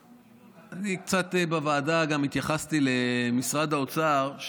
בוועדה גם התייחסתי למשרד האוצר,